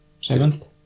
Seventh